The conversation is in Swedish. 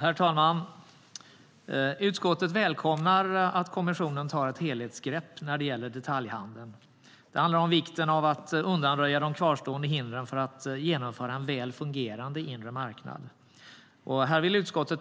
Herr talman! Utskottet välkomnar att kommissionen tar ett helhetsgrepp när det gäller detaljhandeln. Det handlar om vikten av att undanröja de kvarstående hindren för att genomföra en väl fungerande inre marknad. Här vill utskottet